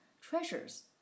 treasures